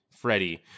freddie